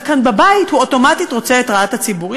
כאן בבית אוטומטית רוצה את רעת הציבור.